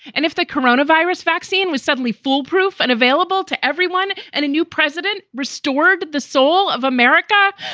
and if the corona virus vaccine was suddenly foolproof and available to everyone and a new president restored the soul of america.